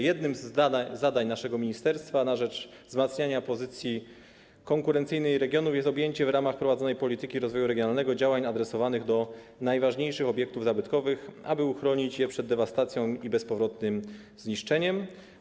Jednym z zadań naszego ministerstwa na rzecz wzmacniania pozycji konkurencyjnej regionów jest objęcie w ramach prowadzonej polityki rozwoju regionalnego działań adresowanych do najważniejszych obiektów zabytkowych, aby uchronić je przed dewastacją i bezpowrotnym zniszczeniem.